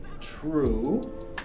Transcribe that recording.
true